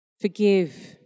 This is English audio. forgive